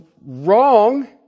wrong